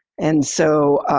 and so,